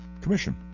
commission